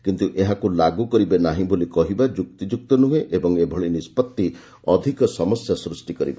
କିନ୍ତୁ ଏହାକୁ ଲାଗୁ କରିବେ ନାହିଁ ବୋଲି କହିବା ଯୁକ୍ତିଯୁକ୍ତ ନୁହେଁ ଏବଂ ଏଭଳି ନିଷ୍ପଭି ଅଧ୍ୟକ ସମସ୍ୟା ସ୍କ୍ଟି କରିବ